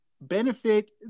benefit